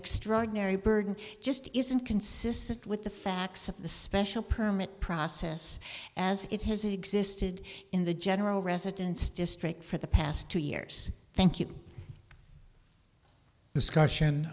extraordinary burden just isn't consistent with the facts of the special permit process as it has existed in the general residence district for the past two years thank you discussion